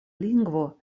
lingvo